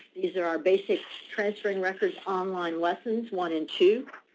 these are our basis transferring records online lessons one and two